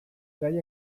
gai